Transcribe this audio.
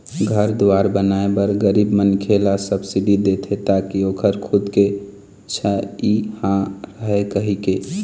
घर दुवार बनाए बर गरीब मनखे ल सब्सिडी देथे ताकि ओखर खुद के छइहाँ रहय कहिके